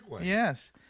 yes